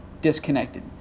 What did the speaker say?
disconnected